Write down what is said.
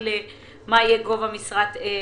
מה יהיה גובה משרת אם?